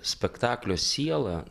spektaklio siela